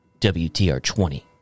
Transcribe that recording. WTR20